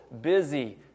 busy